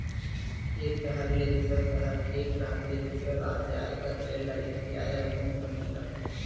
एक सहर ले दूसर सहर या एक राज ले दूसर राज जाए बर रेलगाड़ी के किराया ह बहुते कमती लगथे